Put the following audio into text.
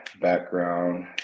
background